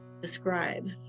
describe